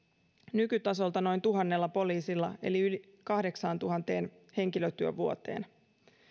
nykytasolta noin tuhannella poliisilla eli yli kahdeksaantuhanteen henkilötyövuoteen